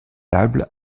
table